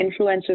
influencers